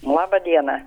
laba diena